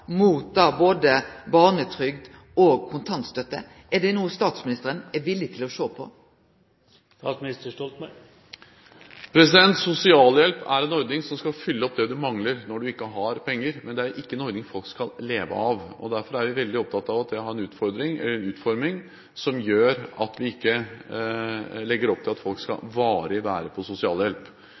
både barnetrygd og kontantstøtte. Er det noko statsministeren er villig til å sjå på? Sosialhjelp er en ordning som skal fylle opp det du mangler når du ikke har penger, men det er ikke en ordning folk skal leve av. Derfor er vi veldig opptatt av at den har en utforming som gjør at vi ikke legger opp til at folk varig skal være på sosialhjelp.